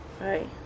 Right